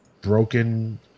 broken